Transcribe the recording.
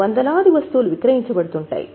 వందలాది వస్తువులు విక్రయించబడుతున్నాయి